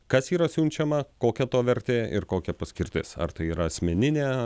kas yra siunčiama kokia to vertė ir kokia paskirtis ar tai yra asmeninė